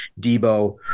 Debo